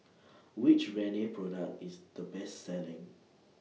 Which Rene Product IS The Best Selling